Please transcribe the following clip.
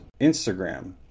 Instagram